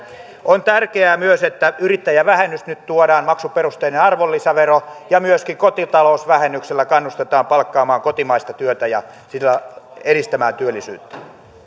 on tärkeää myös että yrittäjävähennys nyt tuodaan maksuperusteinen arvonlisävero ja myöskin kotitalousvähennyksellä kannustetaan palkkaamaan kotimaista työtä ja sillä edistämään työllisyyttä